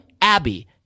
Abby